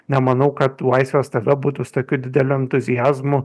nemanau kad laisvės tv būtų su tokiu dideliu entuziazmu